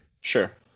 Sure